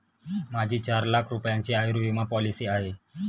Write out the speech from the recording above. माझी चार लाख रुपयांची आयुर्विमा पॉलिसी आहे